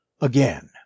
again